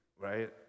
right